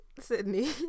Sydney